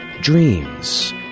dreams